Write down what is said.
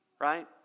Right